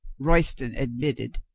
royston admitted.